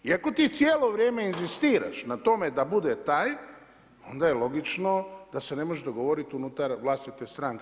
I ako ti cijelo vrijeme inzistiraš na tome da bude taj, onda je logično da se ne možeš dogovoriti unutar vlastite stranke.